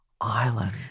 Island